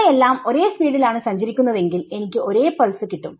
അവ എല്ലാം ഒരേ സ്പീഡിൽ ആണ് സഞ്ചരിക്കുന്നതെങ്കിൽ എനിക്ക് ഒരേ പൾസ് കിട്ടും